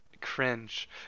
cringe